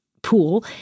pool